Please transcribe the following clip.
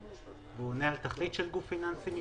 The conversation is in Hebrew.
הוא עונה על התכלית של גוף פיננסי מבחינתכם?